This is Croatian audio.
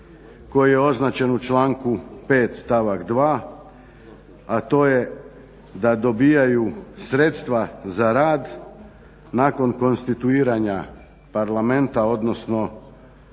koji je označen u članku 5.stavak 2 a to je da dobivaju sredstva za rad nakon konstituiranja parlamenta odnosno